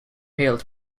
hilt